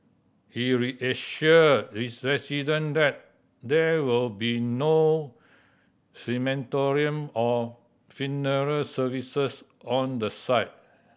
he reassured resident that there will be no crematorium or funeral services on the site